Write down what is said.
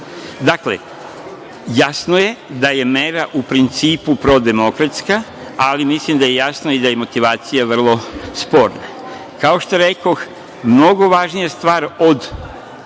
glasovi. Jasno je da je mera u principu prodemokratska, ali mislim i da je jasno da je motivacija vrlo sporna. Kao što rekoh, mnogo važnija stvar od